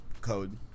code